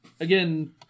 again